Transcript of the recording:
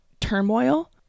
turmoil